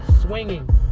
Swinging